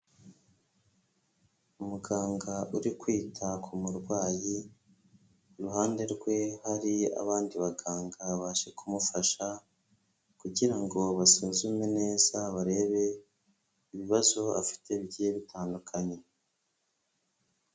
Umuganga uri kwita ku murwayi, iruhande rwe hari abandi baganga baje kumufasha kugira ngo basuzume neza barebe ibibazo afite bigiye bitandukanye.